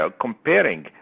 comparing